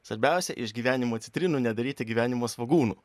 svarbiausia iš gyvenimo citrinų nedaryti gyvenimo svogūnų